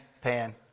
pan